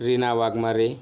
Reena Waghmare